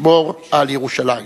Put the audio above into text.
לשמור על ירושלים.